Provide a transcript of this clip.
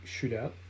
shootout